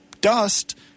dust